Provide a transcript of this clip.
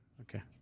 Okay